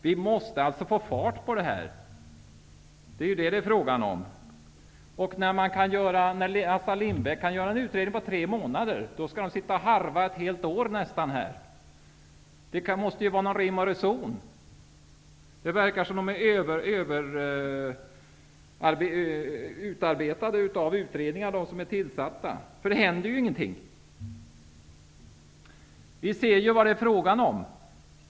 Vi måste få fart på det här. Assar Lindbeck kan göra en utredning på tre månader. Varför skall man då sitta och harva nästan ett helt år med den här frågan? Det måste vara någon rim och reson. Det verkar som om de personer som är tillsatta har blivit utarbetade genom olika utredningar. Det händer ingenting.